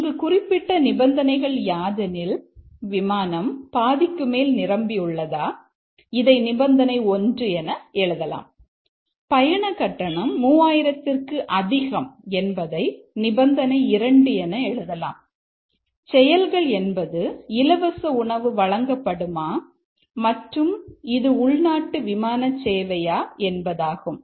இங்கு குறிப்பிட்ட நிபந்தனைகள் யாதெனில் விமானம் பாதிக்கு மேல் நிரம்பி உள்ளதா இதை நிபந்தனை 1 என எழுதலாம் பயண கட்டணம் 3000 ற்கு அதிகம் என்பதை நிபந்தனை 2 என எழுதலாம் செயல்கள் என்பது இலவச உணவு வழங்கப்படுமா மற்றும் இது உள்நாட்டு விமானச் சேவையா என்பதாகும்